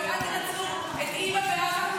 אל תנצלו את אימא של ילד בעזה,